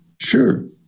sure